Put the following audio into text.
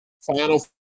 Final